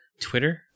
Twitter